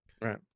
Right